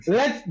let